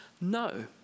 No